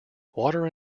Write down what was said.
water